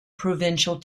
provincial